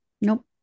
Nope